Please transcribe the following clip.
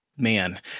Man